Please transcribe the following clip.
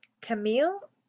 Camille